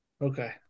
Okay